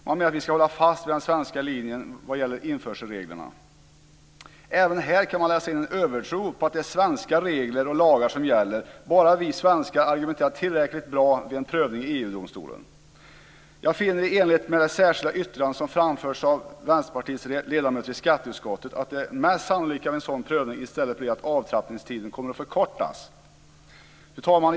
Man menar att vi ska hålla fast vid den svenska linjen vad gäller införselreglerna. Även här kan man läsa in en övertro på att det är svenska regler och lagar som gäller, bara vi svenska argumenterar tillräckligt bra i EG-domstolen. Jag finner, i enlighet med det särskilda yttrandet som framförts av Vänsterpartiets ledamöter i skatteutskottet, att det mest sannolika resultatet av en sådan prövning i stället blir att avtrappningstiden kommer att förkortas. Fru talman!